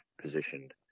positioned